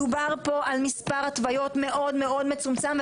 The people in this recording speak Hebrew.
מדובר פה על מספר התוויות מאוד מצומצם.